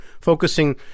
focusing